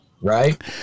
Right